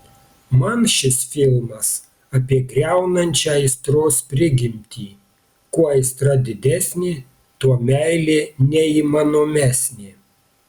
man šis filmas apie griaunančią aistros prigimtį kuo aistra didesnė tuo meilė neįmanomesnė